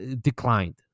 declined